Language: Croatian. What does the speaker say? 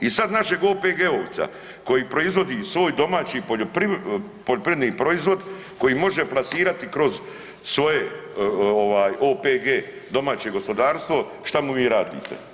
I sad našeg OPG-ovca koji proizvodi svoj domaći poljoprivredni proizvod koji može plasirati kroz svoje OPG domaće gospodarstvo, šta mu vi radite?